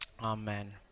Amen